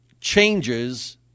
changes